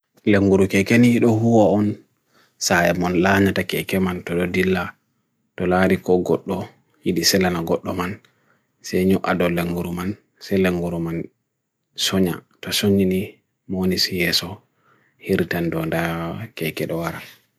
Languru keke ni idu hua on, sayamon lana ta keke man, to do dilla, to lariko godlo, idi selana godlo man, senyuk ado languru man, sela languru man, sonyak, to sonyini, moni siyeso, hirtan do da keke do aran.